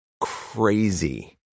crazy